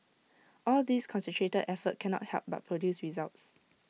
all this concentrated effort cannot help but produce results